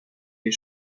les